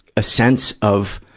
a sense of